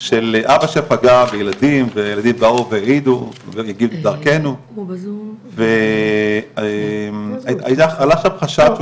של אבא שפגע בילדים והילדים באו והעידו והגיעו דרכנו ועלה שם חשד,